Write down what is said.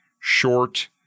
short